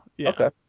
Okay